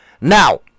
Now